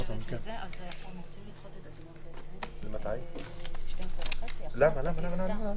בשעה 10:36.